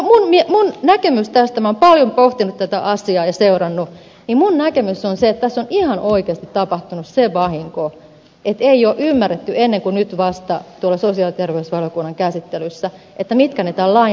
olen paljon pohtinut ja seurannut tätä asiaa ja minun näkemykseni on se että tässä on ihan oikeasti tapahtunut se vahinko että ei ole ymmärretty ennen kuin nyt vasta tuolla sosiaali ja terveysvaliokunnan käsittelyssä mitkä tämän lain riskit ovat